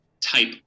type